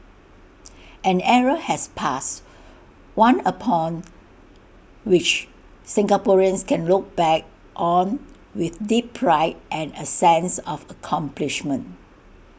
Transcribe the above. an era has passed one upon which Singaporeans can look back on with deep pride and A sense of accomplishment